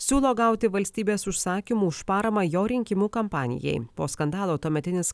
siūlo gauti valstybės užsakymų už paramą jo rinkimų kampanijai po skandalo tuometinis